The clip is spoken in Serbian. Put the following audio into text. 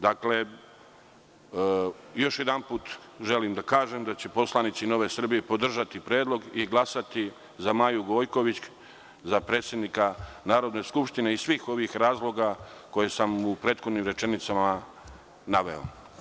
Još jedanput želim da kažem da će poslanici Nove Srbije podržati predlog i glasati za Maju Gojković za predsednika Narodne skupštine iz svihovih razloga koje sam u prethodnim rečenicama naveo.